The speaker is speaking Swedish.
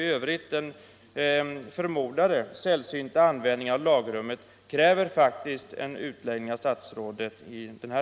Vilka lägen har undersökts och varför har